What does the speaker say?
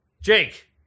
Jake